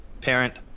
parent